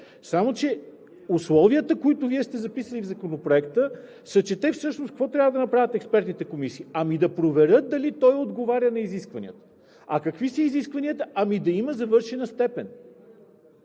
Само че в условията, които Вие сте записали в Законопроекта, се чете всъщност какво трябва да направят експертните комисии? Ами да проверят дали той отговаря на изискванията. А какви са изискванията? Ами да има завършена степен.